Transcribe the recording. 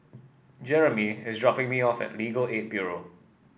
Jeremey is dropping me off at Legal Aid Bureau